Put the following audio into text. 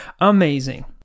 amazing